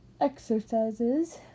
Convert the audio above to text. exercises